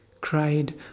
cried